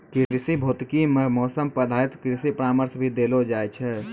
कृषि भौतिकी मॅ मौसम पर आधारित कृषि परामर्श भी देलो जाय छै